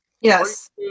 Yes